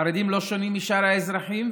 חרדים לא שונים משאר האזרחים,